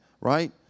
right